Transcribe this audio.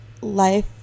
life